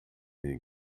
den